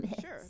Sure